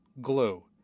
glue